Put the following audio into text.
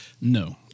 No